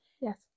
Yes